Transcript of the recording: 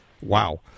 Wow